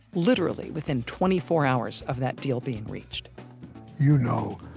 literally within twenty four hours of that deal being reached you know,